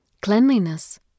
Cleanliness